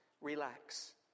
Relax